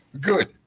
Good